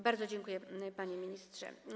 Bardzo dziękuję, panie ministrze.